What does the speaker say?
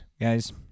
guys